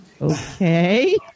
okay